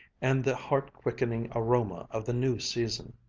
and the heart-quickening aroma of the new season.